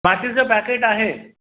माचिस जो पैकेट आहे